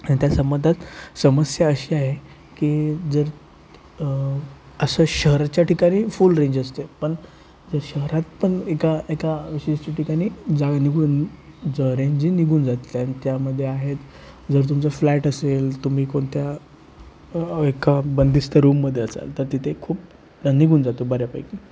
आणि त्या संबंधात समस्या अशी आहे की जर असं शहराच्या ठिकाणी फुल रेंज असते पण शहरात पण एका एका विशिष्ट ठिकाणी जागा निघून ज रेंज ही निघून जाते त्यामध्ये आहे जर तुमचा फ्लॅट असेल तुम्ही कोणत्या एका बंदिस्त रुममध्ये असाल तर तिथे खूप निघून जातो बऱ्यापैकी